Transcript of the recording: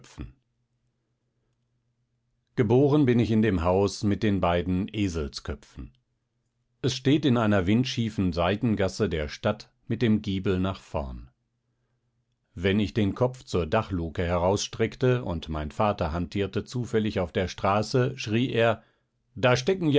geboren bin ich in dem haus mit den beiden eselsköpfen es steht in einer windschiefen seitengasse der stadt mit dem giebel nach vorn wenn ich den kopf zur dachluke herausstreckte und mein vater hantierte zufällig auf der straße schrie er da stecken